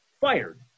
fired